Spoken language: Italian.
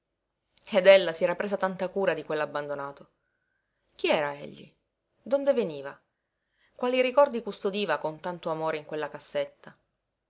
ed ella si era presa tanta cura di quell'abbandonato chi era egli donde veniva quali ricordi custodiva con tanto amore in quella cassetta